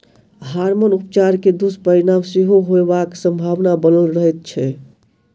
hormone उपचार के दुष्परिणाम सेहो होयबाक संभावना बनल रहैत छै